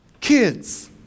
Kids